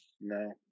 No